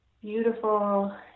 beautiful